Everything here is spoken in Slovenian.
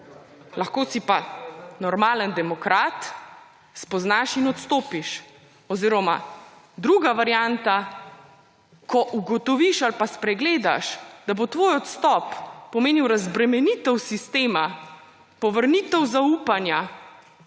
Lahko si pa normalen demokrat, spoznaš in odstopiš oziroma druga varianta, ko ugotoviš ali pa spregledaš, da bo tvoj odstop pomenil razbremenitev sistema, povrnitev zaupanja,